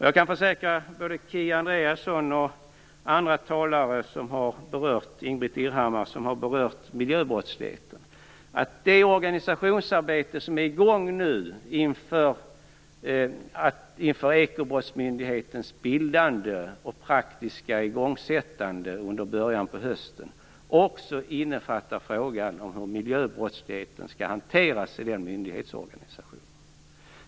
Jag kan försäkra både Kia Andreasson och Ingbritt Irhammar som har berört miljöbrottsligheten att det organisationsarbete som nu är i gång inför ekobrottsmyndighetens bildande och praktiska igångsättande under början av hösten också innefattar frågan om hur miljöbrottsligheten skall hanteras inom denna myndighetsorganisation.